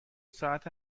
ساعت